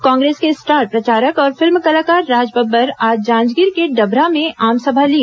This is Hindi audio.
कांग्रेस के स्टार प्रचारक और फिल्म कलाकार राज बब्बर आज जांजगीर के डभरा में आमसभा ली